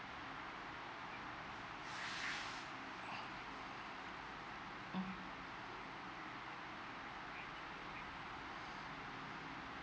mm